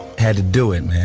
had to do it,